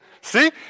See